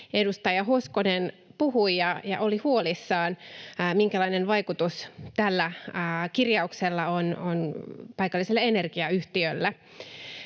edustaja Hoskonen puhui ja oli huolissaan, minkälainen vaikutus tällä kirjauksella on paikalliselle energiayhtiölle.